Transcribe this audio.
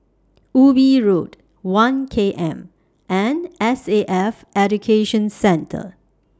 Ubi Road one K M and S A F Education Centre